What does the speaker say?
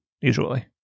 usually